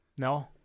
No